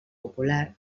popular